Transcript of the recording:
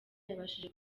yabashije